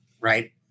right